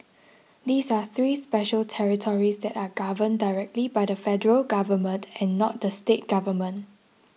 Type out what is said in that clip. these are three special territories that are governed directly by the Federal Government and not the state government